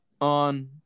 on